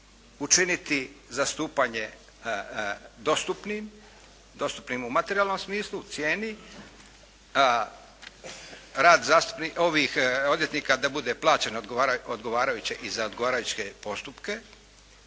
učiniti zastupanje dostupnim, dostupnim u materijalnom smislu, cijeni, rad odvjetnika da bude plaćen odgovarajuće i za odgovarajuće postupke,